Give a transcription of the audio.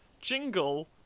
jingle